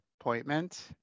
appointment